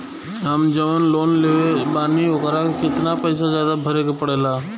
हम जवन लोन लेले बानी वोकरा से कितना पैसा ज्यादा भरे के पड़ेला?